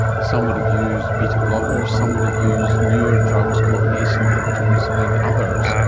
some would have used beta blockers, some would have used newer drugs called ace inhibitors and others. um